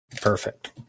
Perfect